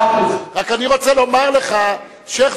מאה אחוז, רק אני רוצה לומר לך ששיח'-ג'ראח,